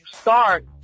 start